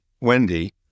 Wendy